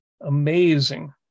Amazing